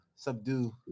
Subdue